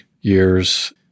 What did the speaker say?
years